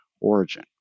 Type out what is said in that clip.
origin